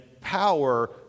power